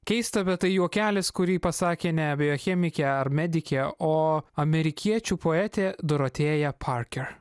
keista bet tai juokelis kurį pasakė ne a biochemikė ar medikė o amerikiečių poetė dorotėja parker